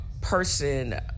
person